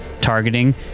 targeting